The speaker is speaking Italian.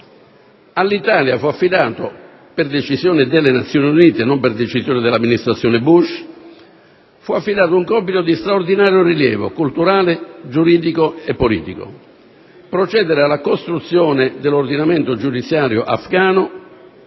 all'Italia fu affidato, per decisione delle Nazioni Unite, non dell'Amministrazione Bush, un compito di straordinario rilievo culturale, giuridico e politico, quello di procedere alla costruzione dell'ordinamento giudiziario afghano,